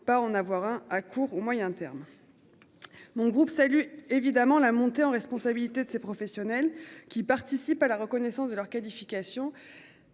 pas en avoir un à court ou moyen terme. Mon groupe salue évidemment la montée en responsabilité de ces professionnels qui participent à la reconnaissance de leur qualification.